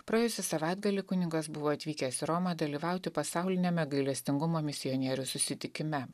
praėjusį savaitgalį kunigas buvo atvykęs į romą dalyvauti pasauliniame gailestingumo misionierių susitikime